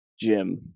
Jim